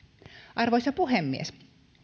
arvoisa puhemies